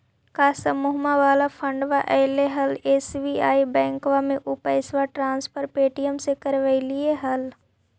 का समुहवा वाला फंडवा ऐले हल एस.बी.आई बैंकवा मे ऊ पैसवा ट्रांसफर पे.टी.एम से करवैलीऐ हल?